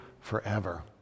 forever